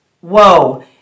whoa